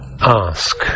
Ask